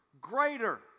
greater